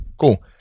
cool